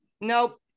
Nope